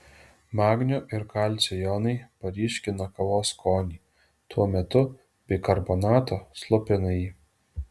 magnio ir kalcio jonai paryškina kavos skonį tuo metu bikarbonato slopina jį